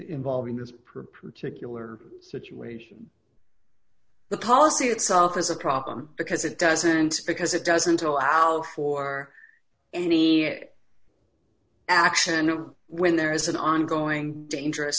involving this preprinted you are situation the policy itself is a problem because it doesn't because it doesn't allow for any action when there is an ongoing dangerous